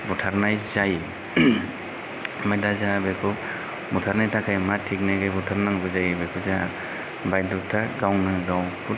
बुथारनाय जायो ओमफ्राय दा जोंहा बेखौ बुथारनायनि थाखाय मा थेकनिकै बुथारनांगौ जायो बेखौ जोंहा बायध'ता गावनो गाव बुहुत